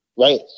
Right